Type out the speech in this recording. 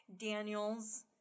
Daniels